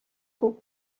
күп